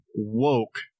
woke